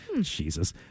Jesus